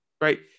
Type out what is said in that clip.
right